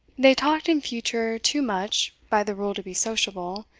they talked in future too much by the rule to be sociable,